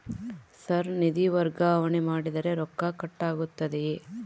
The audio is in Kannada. ಸರ್ ನಿಧಿ ವರ್ಗಾವಣೆ ಮಾಡಿದರೆ ರೊಕ್ಕ ಕಟ್ ಆಗುತ್ತದೆಯೆ?